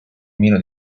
meno